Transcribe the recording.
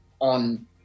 on